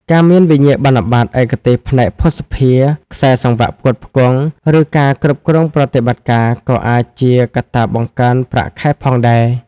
ការមានវិញ្ញាបនបត្រឯកទេសផ្នែកភស្តុភារ ខ្សែសង្វាក់ផ្គត់ផ្គង់ ឬការគ្រប់គ្រងប្រតិបត្តិការ ក៏អាចជាកត្តាបង្កើនប្រាក់ខែផងដែរ។